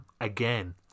Again